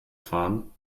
fahren